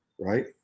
right